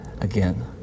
Again